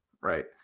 right